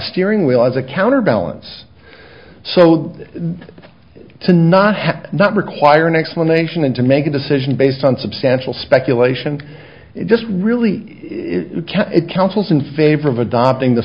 steering wheel as a counterbalance so that to not have not require an explanation and to make a decision based on substantial speculation just really it counsels in favor of adopting the